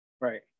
Right